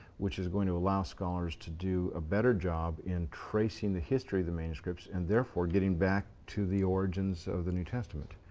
which is going to allow scholars to do a better job in tracing the history of the manuscripts, and therefore, getting back to the origins of the new testament.